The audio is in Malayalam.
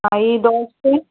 ഈ ദോശയും